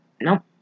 nope